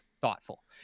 thoughtful